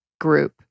group